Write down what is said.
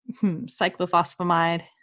cyclophosphamide